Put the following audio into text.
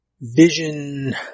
vision